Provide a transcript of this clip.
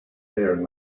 there